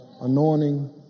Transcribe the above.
anointing